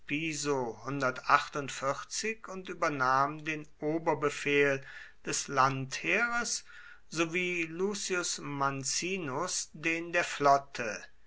und übernahm den oberbefehl des landheeres so wie lucius mancinus den der flotte